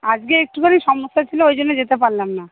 আজকে একটুখানি সমস্যা ছিল ওই জন্যে যেতে পারলাম না